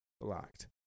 blocked